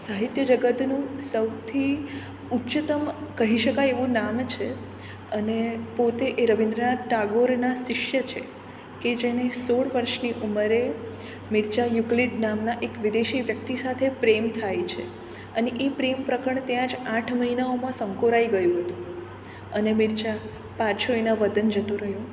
સાહિત્ય જગતનું સૌથી ઉચ્ચતમ કહી શકાય એવું નામ છે અને પોતે એ રવીન્દ્રનાથ ટાગોરના શિષ્ય છે કે જેને સોળ વર્ષની ઉંમરે મીરચા યુકલેટ નામના એક વિદેશી વ્યક્તિ સાથે પ્રેમ થાય છે અને એ પ્રેમ પ્રકરણ ત્યાં જ આઠ મહિનાઓમાં સંકોરાઈ ગયું હતું અને મીરચા પાછો એના વતન જતો રહ્યો